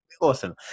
awesome